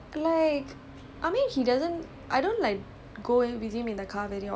like it was bad it was so bad